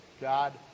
God